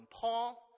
Paul